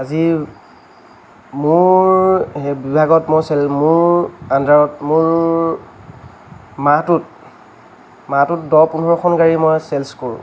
আজি মোৰ বিভাগত মোৰ আণ্ডাৰত মোৰ মাহটোত মাহটোত দহ পোন্ধৰখন গাড়ী মই ছেলছ কৰোঁ